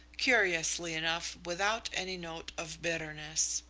curiously enough without any note of bitterness.